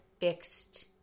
fixed